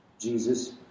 Jesus